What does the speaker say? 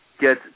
get